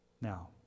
Now